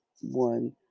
one